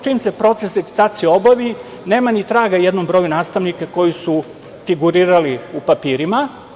Čim se proces akdreditacije obavi nema ni traga jednom broju nastavnika koji su figurirali u papirima.